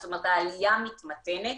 זאת אומרת העלייה מתמתנת,